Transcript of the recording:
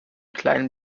kleinen